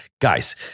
guys